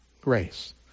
grace